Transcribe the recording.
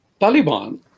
Taliban